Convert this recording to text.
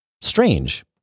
Strange